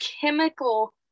chemical